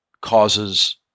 causes